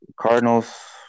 Cardinals